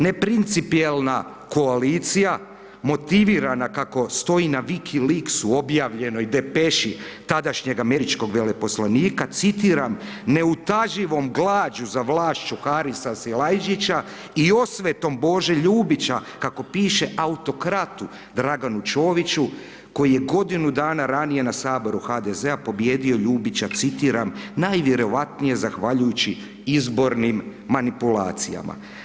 Ne principijelna koalicija motivirana kako stoji na WikiLeaks-u objavljenoj depeši tadašnjeg američkog veleposlanika, citiram neutaživom glađu za vlašću Harisa Silajdžića i osvetom Bože Ljubića kako piše autokratu Draganu Čoviću koji je godinu dana ranije na Saboru HDZ-a pobijedio Ljubića, citiram najvjerojatnije zahvaljujući izbornim manipulacijama.